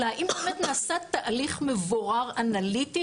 אלא האם באמת נעשה תהליך מבורר אנליטי,